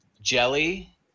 jelly